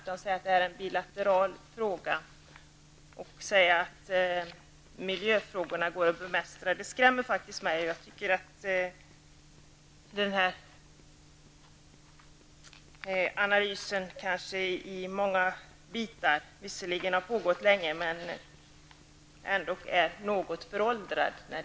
Man säger att detta är en bilateral fråga och att miljöproblemen går att bemästra. Jag anser att analysen av problembilden, trots att den pågått länge, ändå är något föråldrad.